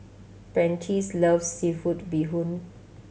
Prentice loves seafood bee hoon